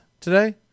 today